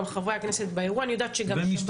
גם חברי הכנסת באירוע, ומשטרה,